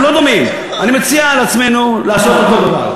אני לא מסכים אתך, לגמרי.